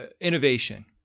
innovation